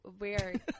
Weird